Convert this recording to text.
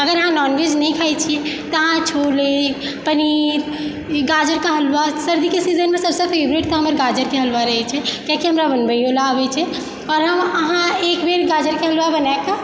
अगर अहाँ नॉनवेज नहि खैत छी तऽअहाँ छोले पनीर गाजरके हलुआ सर्दीके सीजनमे हमर सभसँ फेवरेट गाजरके हलुआ रहय छै किआकि हमरा बनबयओ लऽ आबय छै आओर हम अहाँ एक बेर गाजर हलुआ बनाकऽ